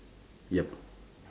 yup